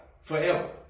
Forever